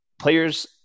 Players